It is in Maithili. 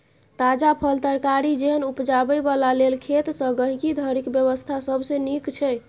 ताजा फल, तरकारी जेहन उपजाबै बला लेल खेत सँ गहिंकी धरिक व्यवस्था सबसे नीक छै